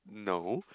no